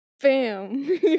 bam